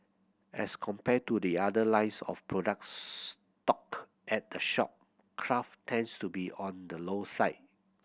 as compared to the other lines of products stock at the shop craft tends to be on the low side